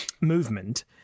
movement